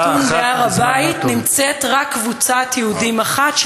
בזמן נתון בהר-הבית נמצאת רק קבוצת יהודים אחת,